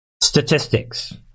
statistics